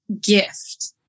gift